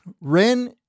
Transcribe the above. REN